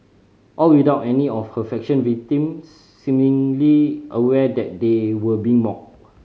all without any of her fashion victim seemingly aware that they were being mocked